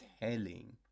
telling